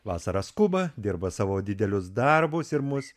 vasarą skuba dirba savo didelius darbus ir mus